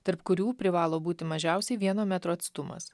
tarp kurių privalo būti mažiausiai vieno metro atstumas